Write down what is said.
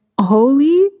holy